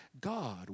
God